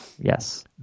Yes